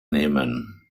nehmen